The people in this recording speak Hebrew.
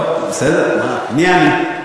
טוב, בסדר, מי אני.